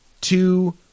two